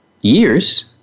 years